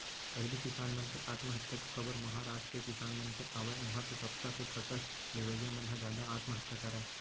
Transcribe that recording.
पहिली किसान मन के आत्महत्या के खबर महारास्ट के किसान मन के आवय उहां के कपसा के फसल लेवइया मन ह जादा आत्महत्या करय